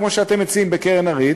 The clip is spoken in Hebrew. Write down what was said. כמו שאתם מציעים בקרן הריט,